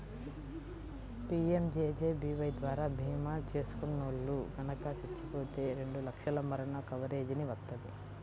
PMJJBY ద్వారా భీమా చేసుకున్నోల్లు గనక చచ్చిపోతే రెండు లక్షల మరణ కవరేజీని వత్తది